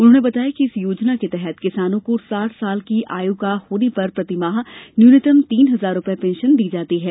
उन्होंने बताया कि इस योजना के तहत किसानों को साठ वर्ष की आयु का होने पर प्रतिमाह न्यूनतम तीन हजार रूपये पेंशन दी जाती है